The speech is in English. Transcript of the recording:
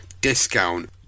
discount